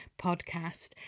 podcast